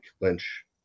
Lynch